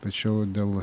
tačiau dėl